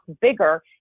bigger